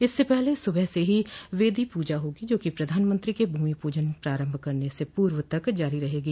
इससे पहले सुबह से वेदी पूजा होगी जो कि प्रधानमंत्री के भूमि पूजन प्रारंभ करने से पूर्व तक जारी रहेगी